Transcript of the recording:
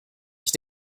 ich